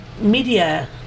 media